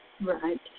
Right